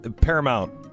Paramount